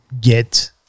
get